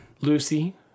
Lucy